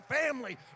family